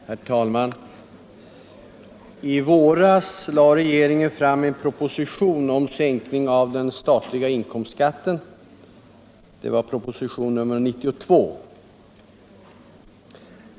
Herr talman! I våras lade regeringen fram en proposition, nr 92, om sänkning av den statliga inkomstskatten.